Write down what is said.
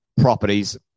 properties